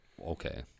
Okay